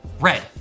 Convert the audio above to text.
Red